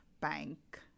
bank